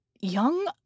Young